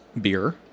beer